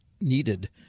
needed